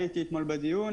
הייתי אתמול בדיון.